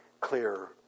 clearer